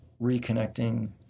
reconnecting